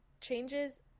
changes